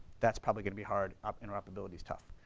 that's probably gonna be hard, um interoptability's tough.